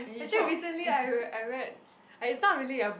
actually recently I I read it's not really a